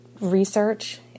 research